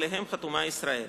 שעליהן חתומה ישראל.